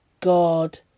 God